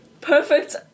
perfect